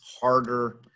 harder